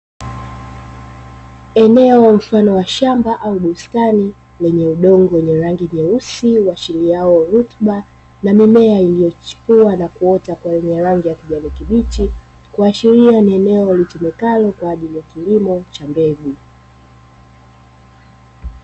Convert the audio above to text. Eneo mfano wa shamba au bustani lenye udongo wenye rangi nyeusi huashiriao rutuba, na mimea iliyochipua na kuota yenye rangi ya kijani kibichi, kuashiria ni eneo litumikalo kwa ajili ya kilimo cha mbegu.